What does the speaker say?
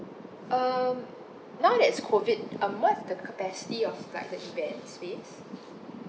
um now that it's COVID um what's the capacity of like the events please